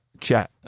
chat